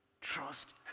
trust